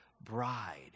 bride